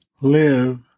live